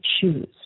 choose